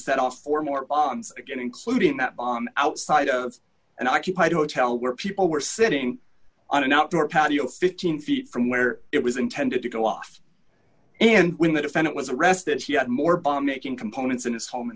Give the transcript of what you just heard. set off for more bombs again including that bomb outside an occupied hotel where people were sitting on an outdoor patio fifteen feet from where it was intended to go off and when the defendant was arrested he had more bomb making components in his home